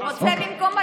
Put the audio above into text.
חס וחלילה.